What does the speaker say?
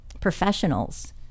professionals